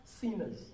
sinners